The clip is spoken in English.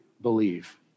believe